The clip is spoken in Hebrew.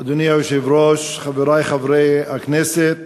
אדוני היושב-ראש, חברי חברי הכנסת,